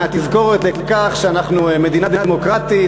מהתזכורת לכך שאנחנו מדינה דמוקרטית,